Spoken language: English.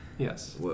Yes